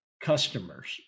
customers